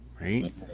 right